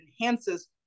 enhances